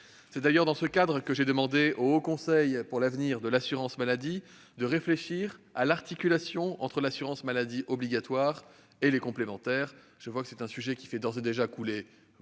C'est d'ailleurs dans ce cadre que j'ai demandé au Haut Conseil pour l'avenir de l'assurance maladie (HCAAM) de réfléchir à l'articulation entre assurance maladie obligatoire et complémentaire. J'observe que cette question fait d'ores et déjà couler beaucoup